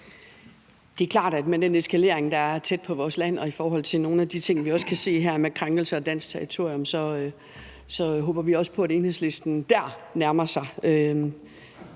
Det er klart, at med den eskalering, der er tæt på vores land, og i forhold til nogle af de ting, vi også kan se her, med krænkelser af dansk territorium, så håber vi også på, at Enhedslisten dér nærmer sig